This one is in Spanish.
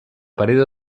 pared